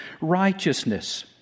righteousness